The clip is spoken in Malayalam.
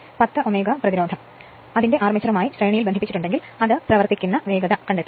10 Ω പ്രതിരോധം അതിന്റെ അർമേച്ചറുമായി ശ്രേണിയിൽ ബന്ധിപ്പിച്ചിട്ടുണ്ടെങ്കിൽ അത് പ്രവർത്തിപ്പിക്കുന്ന വേഗത കണ്ടെത്തുക